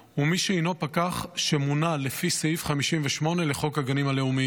ומי שהינו פקח שמונה לפי סעיף 58 לחוק הגנים הלאומיים.